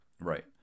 Right